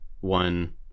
one